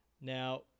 Now